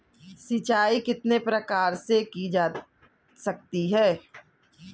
सिंचाई कितने प्रकार से की जा सकती है?